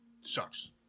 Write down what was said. sucks